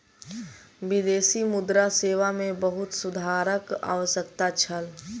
विदेशी मुद्रा सेवा मे बहुत सुधारक आवश्यकता छल